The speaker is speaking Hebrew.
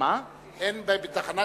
אין תחנת